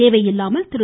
தேவையில்லாமல் திரு